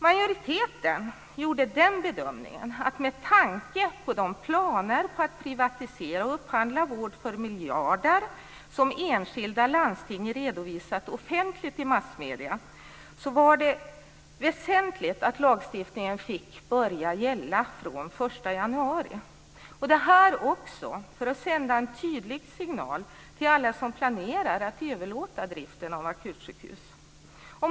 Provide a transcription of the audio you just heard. Majoriteten gjorde bedömningen att det, med tanke på de planer på att privatisera och upphandla vård för miljarder som enskilda landsting redovisat offentligt i massmedierna, var väsentligt att lagstiftningen fick börja gälla från den 1 januari - detta också för att sända en tydlig signal till alla som planerade att överlåta driften av akutsjukhus.